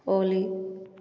ఓలి